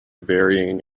varying